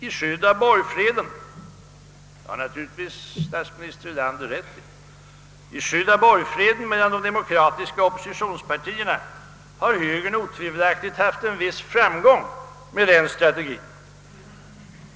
I skydd av borgfreden — det har naturligtvis statsminister Erlander rätt i — mellan de demokratiska oppositionspartierna har högern otvivelaktigt haft en viss framgång med denna strategi.